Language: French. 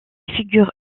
figures